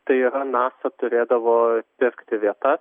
tai nasa turėdavo pirkti vietas